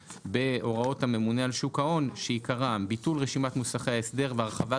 בהוראות הממונה על שוק ההון שעיקרם ביטול רשימת מוסכי ההסדר והרחבת